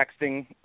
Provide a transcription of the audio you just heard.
texting